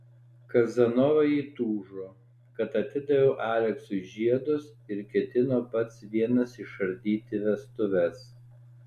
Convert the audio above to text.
kazanova įtūžo kad atidaviau aleksui žiedus ir ketino pats vienas išardyti vestuves